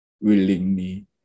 Willingly